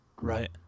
right